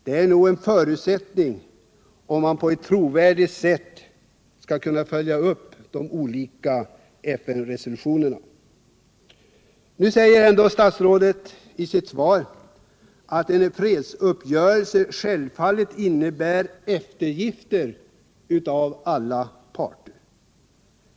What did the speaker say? Det är nog en förutsättning om man på ett trovärdigt sätt skall kunna följa upp de olika FN-resolutionerna. Nu säger utrikesministern i sitt svar att en fredsuppgörelse självfallet innebär eftergifter av alla parter.